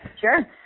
sure